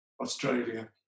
Australia